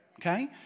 Okay